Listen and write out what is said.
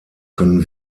können